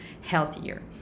healthier